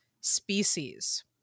species